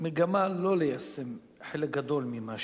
מגמה שלא ליישם חלק גדול ממה